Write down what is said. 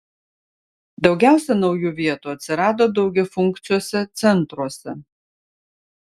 daugiausia naujų vietų atsirado daugiafunkciuose centruose